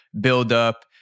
buildup